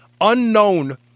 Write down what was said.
unknown